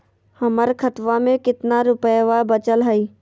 हमर खतवा मे कितना रूपयवा बचल हई?